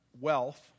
Wealth